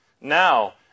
Now